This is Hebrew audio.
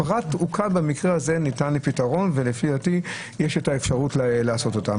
הפרט במקרה הזה לדעתי ניתן לפתרון ויש את האפשרות לעשות זאת.